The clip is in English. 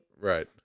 Right